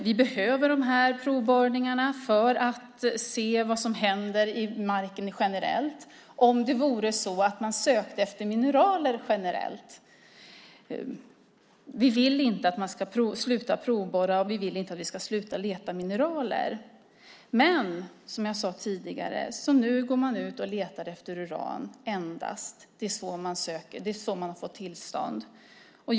Vi behöver de här provborrningarna där man söker efter mineraler generellt för att se vad som händer i marken. Vi vill inte att man ska sluta provborra, och vi vill inte att man ska sluta leta mineraler. Men, som jag sade tidigare, nu letar man endast efter uran. Det är det man har fått tillstånd för.